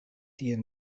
tiel